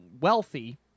wealthy